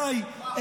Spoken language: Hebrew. די.